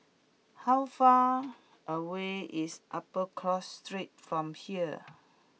how far away is Upper Cross Street from here